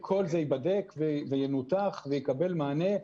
במסגרת התסקיר כל זה ייבדק וינותח ויקבל מענה.